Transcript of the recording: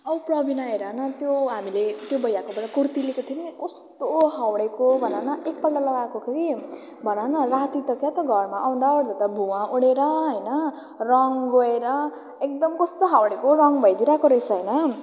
औ प्रमिला हेर न त्यो हामीले त्यो भैयाको बाट कुर्ती लिएको थिएँ नि कस्तो हौडेको भन न एक पल्ट लगाएको कि भन न राति त क्या त घरमा आउँदा ओर्दा त भुवा उठेर होइन रङ गएर एकदम कस्तो हाउडेको रङ भइदिइरहेको रहेछ होइन